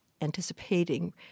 anticipating